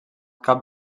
cap